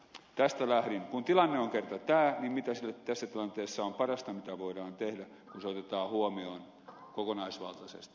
tästä lähdin kun tilanne on kerran tämä että se mikä sille tässä tilanteessa on parasta mitä voidaan tehdä on se että se otetaan huomioon kokonaisvaltaisesti